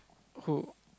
who